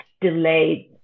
delayed